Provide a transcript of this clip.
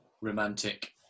romantic